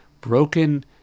broken